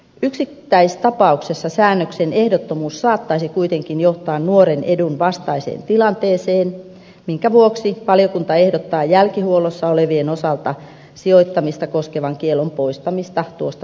yksittäistapauksessa säännöksen ehdottomuus saattaisi kuitenkin johtaa nuoren edun vastaiseen tilanteeseen minkä vuoksi valiokunta ehdottaa jälkihuollossa olevien osalta sijoittamista koskevan kiellon poistamista tuosta pykälästä